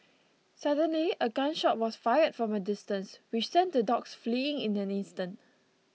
suddenly a gun shot was fired from a distance which sent the dogs fleeing in an instant